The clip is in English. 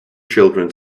children